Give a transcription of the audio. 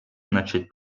начать